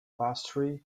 pastry